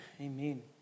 Amen